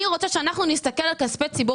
אני רוצה שאנחנו נסתכל על כספי הציבור